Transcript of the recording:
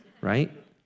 right